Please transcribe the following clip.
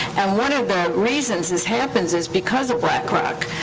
and one of the reasons this happens is because of black rock.